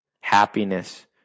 happiness